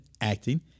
acting